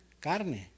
carne